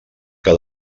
que